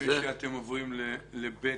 לפני שאתם עוברים ל-(ב),